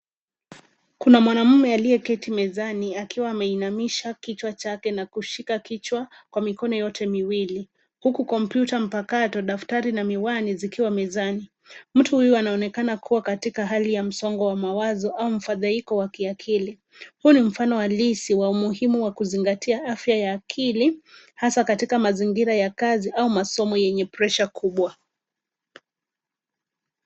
Kuna mwanamume aliyeketi mezani akiwa ameinamisha kichwa chake na kushika kichwa kwa mikono yote miwili. Huku kompyuta mpakato, daftari na miwani zikiwa mezani. Mtu huyu anaonekana kuwa katika hali ya msongo wa mawazo au mfadhaiko kwa kiakili. Huu ni mfano halisi wa umuhimu wa kuzingatia afya ya akili, hasa katika mazingira ya kazi au masomo yenye presha kubwa.